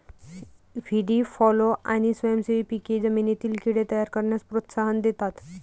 व्हीडी फॉलो आणि स्वयंसेवी पिके जमिनीतील कीड़े तयार करण्यास प्रोत्साहन देतात